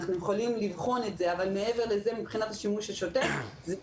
אבל השימוש השוטף הוא אצלן.